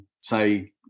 say